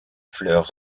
fleurs